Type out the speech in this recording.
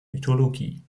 mythologie